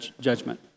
judgment